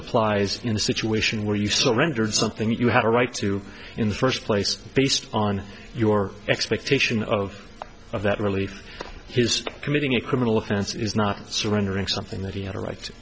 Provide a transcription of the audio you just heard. applies in a situation where you've surrendered something you have a right to in the first place based on your expectation of of that relief his committing a criminal offense is not surrendering something that he had a ri